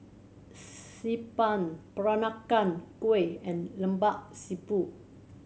Xi Ban Peranakan Kueh and Lemak Siput